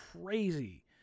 crazy